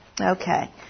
Okay